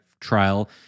trial